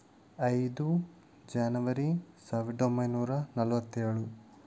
ಐದು ಜ್ಯಾನವರಿ ಸಾವಿರದ ಒಂಬೈನೂರ ನಲವತ್ತೇಳು